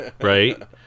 Right